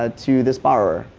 ah to this borrower.